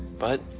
but,